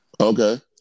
Okay